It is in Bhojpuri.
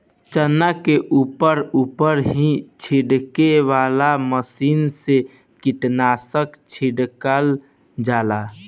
चना के ऊपर ऊपर ही छिड़के वाला मशीन से कीटनाशक छिड़कल जाला